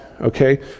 okay